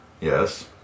Yes